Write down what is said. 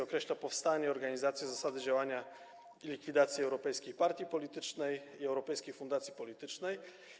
Określa powstanie, organizację, zasady działania i likwidacji europejskiej partii politycznej i europejskiej fundacji politycznej.